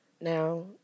Now